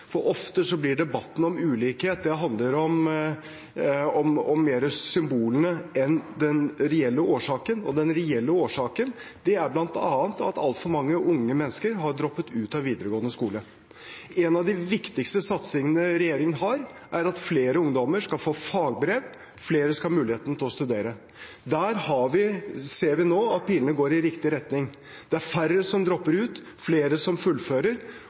for ofte handler debatten om ulikhet mer om symbolene enn den reelle årsaken, og den reelle årsaken er bl.a. at altfor mange unge mennesker har droppet ut av videregående skole. En av de viktigste satsingene regjeringen har, er at flere ungdommer skal få fagbrev, flere skal ha muligheten til å studere. Der ser vi nå at pilene går i riktig retning. Det er færre som dropper ut, flere som fullfører,